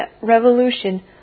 revolution